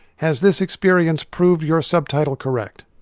has this experience proved your subtitle correct?